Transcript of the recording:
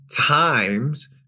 times